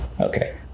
Okay